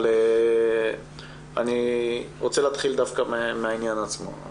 אני רוצה להתחיל דווקא מהעניין עצמו.